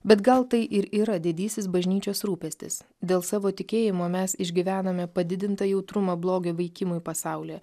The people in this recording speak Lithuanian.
bet gal tai ir yra didysis bažnyčios rūpestis dėl savo tikėjimo mes išgyvename padidintą jautrumą blogio veikimui pasaulyje